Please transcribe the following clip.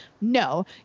No